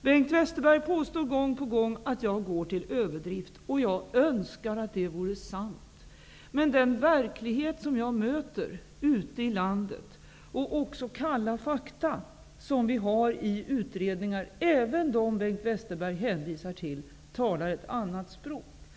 Bengt Westerberg påstår gång på gång att jag går till överdrift, och jag önskar att det vore sant. Men den verklighet som jag möter ute i landet och också kalla fakta som vi har i utredningar -- även i dem Bengt Westerberg hänvisar till -- talar ett annat språk.